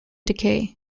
decay